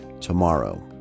tomorrow